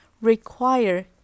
require